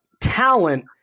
talent